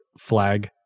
flag